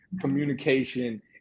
communication